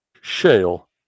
shale